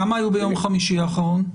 כמה היו ביום חמישי האחרון?